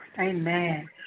Amen